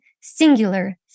singular